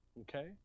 Okay